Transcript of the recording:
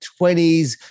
20s